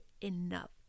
enough